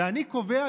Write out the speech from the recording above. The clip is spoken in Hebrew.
ואני קובע,